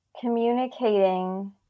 Communicating